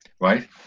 Right